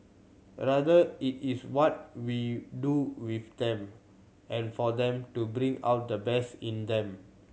rather it is what we do with them and for them to bring out the best in them